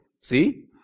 see